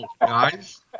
guys